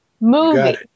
movie